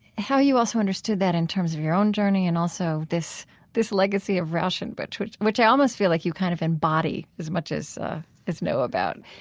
how you also understood that in terms of your own journey and also this this legacy of rauschenbusch, which which i almost feel like you kind of embody as much as as know about,